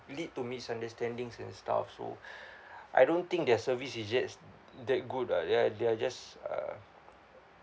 lead to misunderstandings and stuff so I don't think their service is just that good ah they are they are just uh